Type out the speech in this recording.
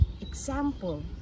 example